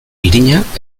irina